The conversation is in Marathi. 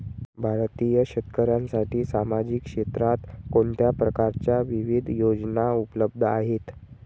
भारतीय शेतकऱ्यांसाठी सामाजिक क्षेत्रात कोणत्या प्रकारच्या विविध योजना उपलब्ध आहेत?